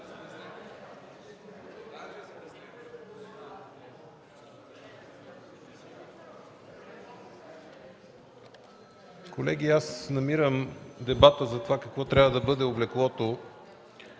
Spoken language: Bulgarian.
Колеги, аз намирам дебата за това какво трябва да бъде облеклото